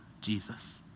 Jesus